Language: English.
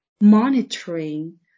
monitoring